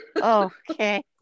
Okay